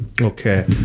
Okay